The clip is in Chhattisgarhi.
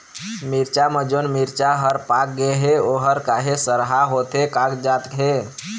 मिरचा म जोन मिरचा हर पाक गे हे ओहर काहे सरहा होथे कागजात हे?